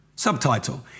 Subtitle